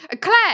Claire